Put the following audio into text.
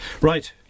Right